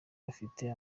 bafite